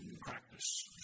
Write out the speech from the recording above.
practice